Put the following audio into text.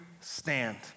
stand